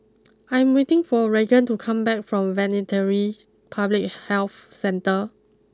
I'm waiting for Regan to come back from Veterinary Public Health Centre